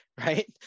right